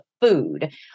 food